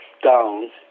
down